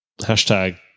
hashtag